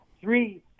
three